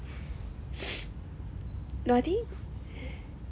naughty